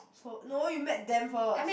so no you met them first